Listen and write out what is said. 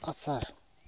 আচাৰ